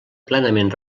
plenament